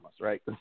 right